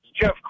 Jeff